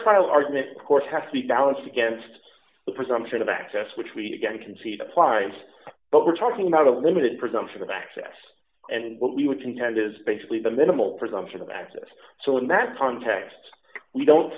trial argument of course has to be balanced against the presumption of access which we again concede applies but we're talking about a limited prism for the access and what we would contend is basically the minimal presumption of access so in that context we don't